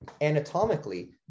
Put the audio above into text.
anatomically